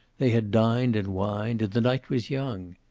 they had dined and wined, and the night was young.